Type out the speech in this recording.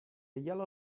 yellow